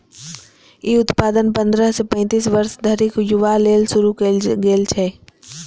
ई योजना पंद्रह सं पैतीस वर्ष धरिक युवा लेल शुरू कैल गेल छै